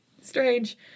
strange